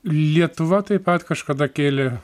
lietuva taip pat kažkada kėlė